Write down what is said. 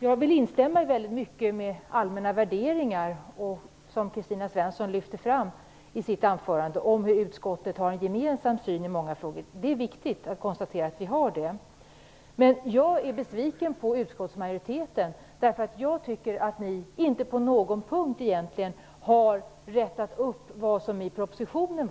Jag vill instämma i många av de allmänna värderingar som Kristina Svensson lyfte fram i sitt anförande och att utskottet har en gemensam syn i många frågor. Det är viktigt att konstatera att vi har det. Jag är besviken på utskottsmajoriteten. Jag tycker att ni inte på någon punkt egentligen har rätat upp det som var fel i propositionen.